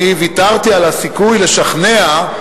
אני ויתרתי על הסיכוי לשכנע,